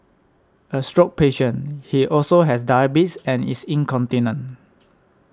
a stroke patient he also has diabetes and is incontinent